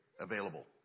available